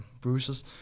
bruises